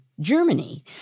Germany